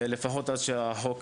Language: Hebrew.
לפחות עד שהחוק